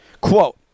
Quote